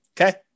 Okay